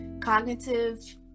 cognitive